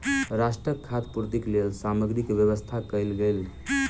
राष्ट्रक खाद्य पूर्तिक लेल सामग्री के व्यवस्था कयल गेल